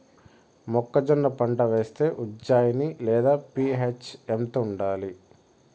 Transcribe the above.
మొక్కజొన్న పంట వేస్తే ఉజ్జయని లేదా పి.హెచ్ ఎంత ఉండాలి?